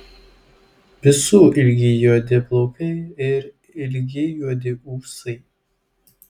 visų ilgi juodi plaukai ir ilgi juodi ūsai